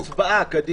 קדימה הצבעה.